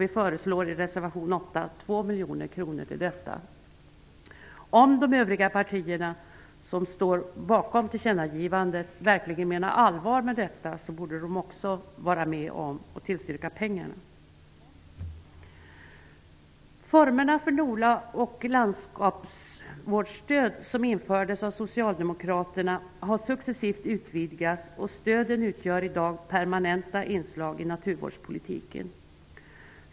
I reservation 8 föreslår vi 2 miljoner kronor för detta ändamål. Om de övriga partier som står bakom tillkännagivandet verkligen menar allvar, borde också de vara med att tillstyrka dessa pengar. Formerna för NOLA och landskapsvårdsstöd som infördes av socialdemokraterna har successivt utvidgats, och stöden utgör i dag permanenta inslag i naturvårdspolitiken.